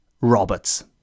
roberts